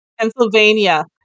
pennsylvania